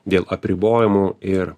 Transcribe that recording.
dėl apribojimų ir